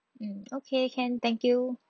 mm okay can thank you